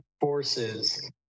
forces